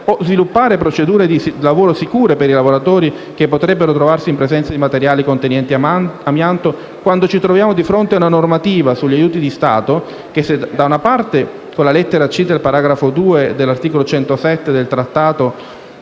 o sviluppare procedure di lavoro sicure per i lavoratori che potrebbero trovarsi in presenza di materiali contenenti amianto? Ci troviamo, infatti, di fronte a una normativa sugli aiuti di Stato che, se da una parte, con la lettera *e)* del paragrafo 2 dell'articolo 107 del Trattato